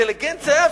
אינטליגנציה,